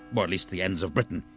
well at least the ends of britain.